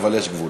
אבל יש גבול.